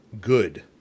good